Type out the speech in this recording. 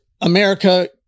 America